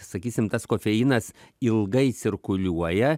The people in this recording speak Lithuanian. sakysim tas kofeinas ilgai cirkuliuoja